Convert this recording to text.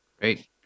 Great